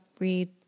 read